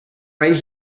right